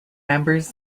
members